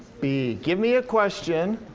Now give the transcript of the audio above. b, give me a question